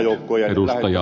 herra puhemies